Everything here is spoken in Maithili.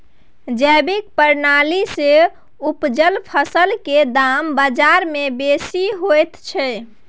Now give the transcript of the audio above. जैविक प्रणाली से उपजल फसल के दाम बाजार में बेसी होयत छै?